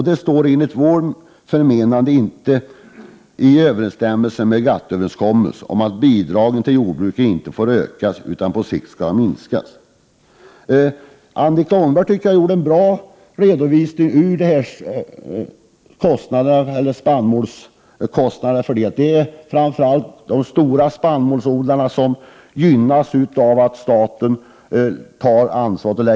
Detta står enligt vårt förmenande inte heller i överensstämmelse med GATT-överenskommelsen om att bidragen till jordbruket inte får ökas utan på sikt skall minskas. Annika Åhnberg gjorde en bra redovisning av spannmålskostnaderna. Det är framför allt de stora spannmålsodlarna som gynnas av att staten tar ansvaret.